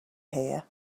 here